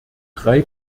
drei